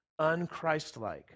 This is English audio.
unchristlike